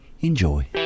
enjoy